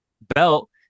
belt